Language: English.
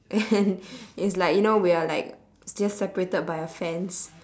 and it's like you know we are like just separated by a fence